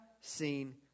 seen